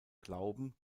glauben